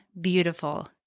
beautiful